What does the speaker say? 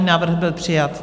Návrh byl přijat.